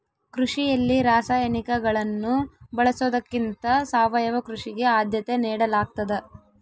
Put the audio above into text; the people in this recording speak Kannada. ಕೃಷಿಯಲ್ಲಿ ರಾಸಾಯನಿಕಗಳನ್ನು ಬಳಸೊದಕ್ಕಿಂತ ಸಾವಯವ ಕೃಷಿಗೆ ಆದ್ಯತೆ ನೇಡಲಾಗ್ತದ